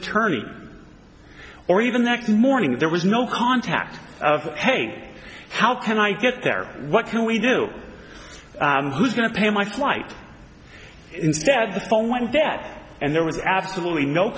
attorney or even next morning there was no contact of hey how can i get there what can we do who's going to pay my flight instead the phone went dead and there was absolutely no